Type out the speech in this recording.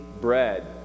bread